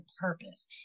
purpose